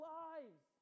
lives